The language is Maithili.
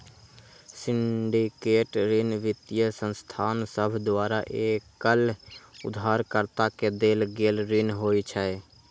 सिंडिकेट ऋण वित्तीय संस्थान सभ द्वारा एकल उधारकर्ता के देल गेल ऋण होइ छै